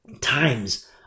times